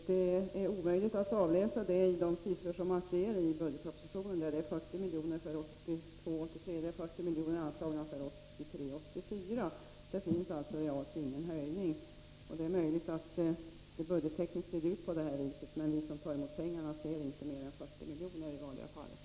Herr talman! Det är omöjligt att utläsa det av de siffror man ser i budgetpropositionen. Det är 40 miljoner anslagna för 1982 84. Där finns alltså realt ingen höjning. Det är möjligt att det budgettekniskt ser ut på det vis som industriministern säger, men vi som tar emot pengarna ser inte mer än 40 miljoner i någotdera fallet.